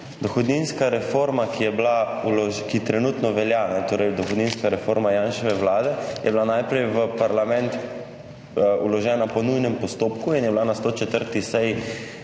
dohodninska reforma Janševe vlade, je bila najprej v parlament vložena po nujnem postopku in je bila na 104. seji